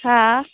हा